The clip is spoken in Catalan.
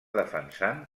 defensant